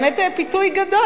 האמת, זה פיתוי גדול.